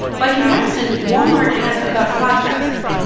by comparison, walmart has about five thousand.